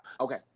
Okay